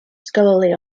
scholarly